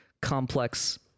complex